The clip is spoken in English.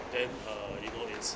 then uh you know it's